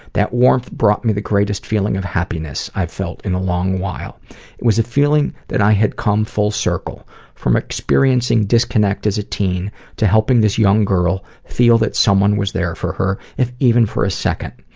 that warmth brought me the greatest feeling of happiness i've felt in a long while. it was a feeling that i had come full circle from experiencing disconnect as a teen to helping this young girl feel that someone was there for her, if even for a second.